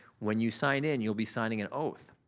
when you sign-in, you'll be signing an oath,